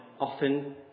often